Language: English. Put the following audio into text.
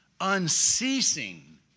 unceasing